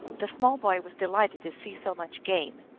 the small boy was delighted to see so much game.